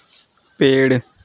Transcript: पेड़